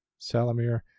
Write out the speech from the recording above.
Salamir